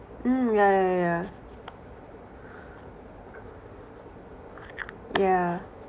mm yeah yeah yeah yeah yeah